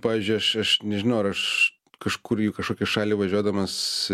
pavyzdžiui aš aš nežinau ar aš kažkur į kažkokį šalį važiuodamas